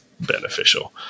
beneficial